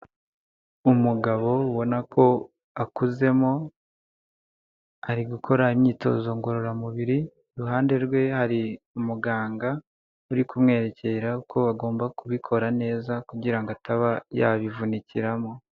Umugabo ubona ko akuzemo ari gukora imyitozo ngororamubiri iruhande rwe hari umuganga uri kumwerekera ko agomba kubikora neza kugirango ataba yabivunikiramo.